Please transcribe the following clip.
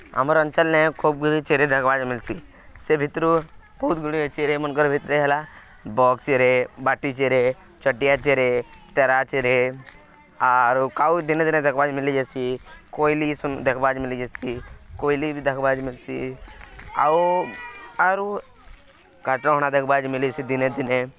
ଆମ ଅଞ୍ଚଲ୍ନେ ଖୋବ୍ଗୁରି ଚେରେ ଦେଖ୍ବାକେ ମିଲ୍ସି ସେ ଭିତ୍ରୁ ବହୁତଗୁରେ ଚେରେ ମନ୍ଙ୍କର୍ ଭିତ୍ରେ ହେଲା ବକ୍ ଚେରେ ବାଟି ଚେରେ ଚଟିଆ ଚେରେ ଟେରା ଚେରେ ଆରୁ କାଊ ଦିନେ ଦିନେ ଦେଖ୍ବାକେ ମିଲିଯାଏସି କୋଇଲି ଦେଖ୍ବାକେ ମିଲିଯାଏସି କୋଇଲି ବି ଦେଖ୍ବାକେ ମିଲ୍ସି ଆଉ ଆରୁ କାଠହଣା ଦେଖ୍ବାକେ ମିଲ୍ସି ଦିନେ ଦିନେ